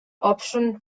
option